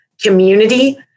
community